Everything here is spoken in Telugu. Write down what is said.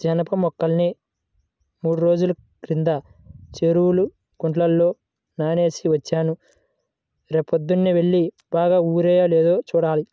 జనప మొక్కల్ని మూడ్రోజుల క్రితం చెరువు గుంటలో నానేసి వచ్చాను, రేపొద్దన్నే యెల్లి బాగా ఊరాయో లేదో చూడాలి